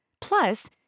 Plus